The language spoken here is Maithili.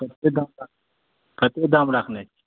कतेक दाम कतेक दाम राखने छियै